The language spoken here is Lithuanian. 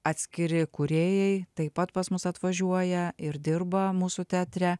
atskiri kūrėjai taip pat pas mus atvažiuoja ir dirba mūsų teatre